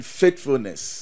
faithfulness